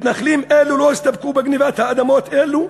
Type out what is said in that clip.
מתנחלים אלו לא הסתפקו בגנבת אדמות אלו,